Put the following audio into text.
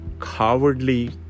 cowardly